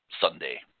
Sunday